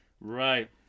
Right